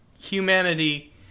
humanity